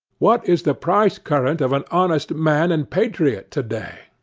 what is the price-current of an honest man and patriot today?